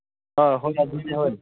ꯑꯪ